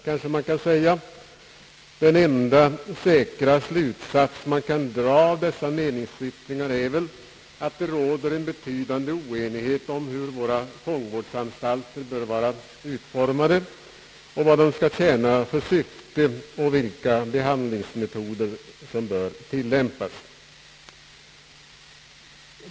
Den enda säkra slutsats man kan dra av dessa meningsyttringar är att det råder en betydande oenighet om hur våra fångvårdsanstalter bör vara utformade, vad de skall tjäna för syfte och vilka behandlingsmetoder som bör tillämpas.